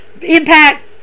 Impact